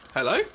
Hello